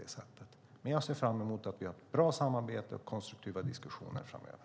Jag ser fram emot att vi har ett bra samarbete och konstruktiva diskussioner framöver.